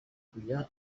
kujya